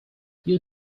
you